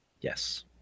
Yes